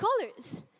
colors